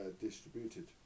distributed